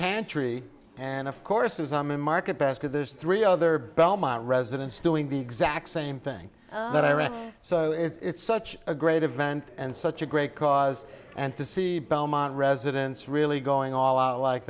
pantry and of course as i'm in market basket there's three other belmont residents doing the exact same thing that i write so it's such a great event and such a great cause and to see belmont residents really going all out like